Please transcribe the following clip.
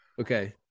Okay